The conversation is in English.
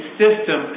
system